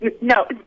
No